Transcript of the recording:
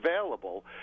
available